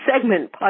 segment